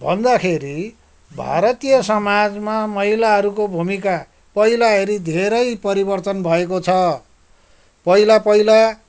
भन्दाखेरि भारतीय समाजमा महिलाहरूको भूमिका पहिला हेरी धेरै परिवर्तन भएको छ पहिला पहिला